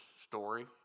story